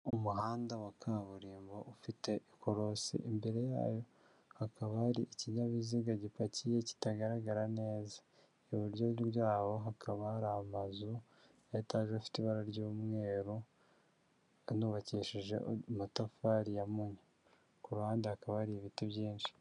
Umuhanda wa kaburimbo ufite ikorosi imbere yawo, hakaba hari ikinyabiziga gipakiye kitagaragara neza. Iburyo bwaho hakaba hari amazu ya etage afite ibara ry'umweru akaba anubakishije amatafari ya moni. Ku ruhande hakaba hari ibiti byinshi.